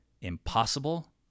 impossible